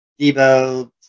Debo